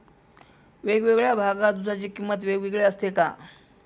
वेगवेगळ्या भागात दूधाची किंमत वेगळी असते का?